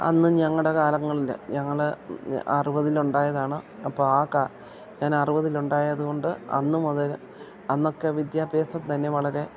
അന്ന് ഞങ്ങളുടെ കാലങ്ങളിൽ ഞങ്ങൾ അറുപതിലുണ്ടായതാണ് അപ്പം ആ ഞാൻ അറുപതിലുണ്ടായത് കൊണ്ട് അന്ന് മുതൽ അന്നൊക്കെ വിദ്യാഭ്യാസം തന്നെ വളരെ